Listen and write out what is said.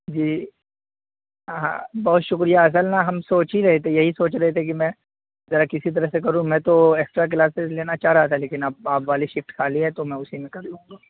جی بہت شکریہ اصل نا ہم سوچ ہی رہے تھے یہی سوچ رہے تھے کہ میں ذرا کسی طرح سے کروں میں تو اکسٹرا کلاسز لینا چاہ رہا تھا لیکن اب آپ والی شفٹ خالی ہے تو میں اسی میں کر لوں گا